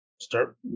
Start